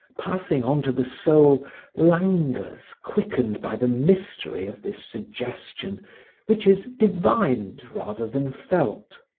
passing on to the soul languors quickened by the mystery of this suggestion which is divined rather than felt.